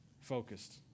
focused